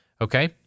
Okay